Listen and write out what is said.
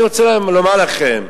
אני רוצה לומר לכם,